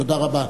תודה רבה.